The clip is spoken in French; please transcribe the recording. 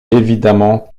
évidemment